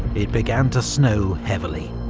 it began to snow heavily.